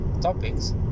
topics